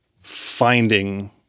finding